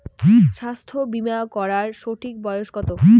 স্বাস্থ্য বীমা করার সঠিক বয়স কত?